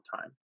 time